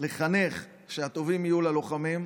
שהטובים יהיו ללוחמים.